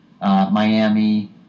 Miami